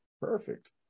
Perfect